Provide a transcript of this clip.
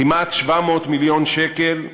כמעט 700 מיליון שקל,